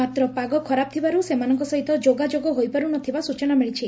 ମାତ୍ର ପାଗ ଖରାପ ଥିବାରୁ ସେମାନଙ୍ଙ ସହିତ ଯୋଗାଯୋଗ ହୋଇପାରୁନଥିବା ସୂଚନା ମିଳିଛି